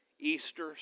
Easter